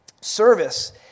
Service